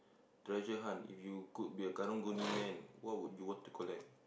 treasure hunt if you could be a karang-guni man what would you want to collect